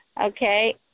Okay